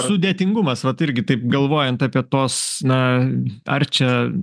sudėtingumas vat irgi taip galvojant apie tuos na ar čia